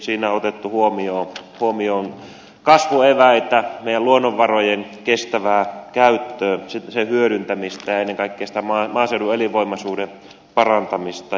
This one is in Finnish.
siinä on otettu huomioon kasvueväitä meidän luonnonvarojemme kestävää käyttöä ja hyödyntämistä sekä ennen kaikkea sitä maaseudun elinvoimaisuuden parantamista